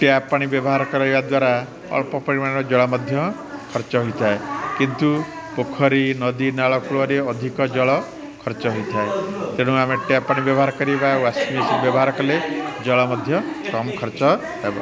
tap ପାଣି ବ୍ୟବହାର କରିବା ଦ୍ୱାରା ଅଳ୍ପ ପରିମାଣର ଜଳ ମଧ୍ୟ ଖର୍ଚ୍ଚ ହୋଇଥାଏ କିନ୍ତୁ ପୋଖରୀ ନଦୀ ନାଳ କୂଳରେ ଅଧିକ ଜଳ ଖର୍ଚ୍ଚ ହେଇଥାଏ ତେଣୁ ଆମେ ଟ୍ୟାପ୍ ପାଣି ବ୍ୟବହାର କରିବା ୱାସିଂମେସିନ୍ ବ୍ୟବହାର କଲେ ଜଳ ମଧ୍ୟ କମ ଖର୍ଚ୍ଚ ହେବ